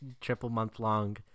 triple-month-long